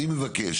אני מבקש,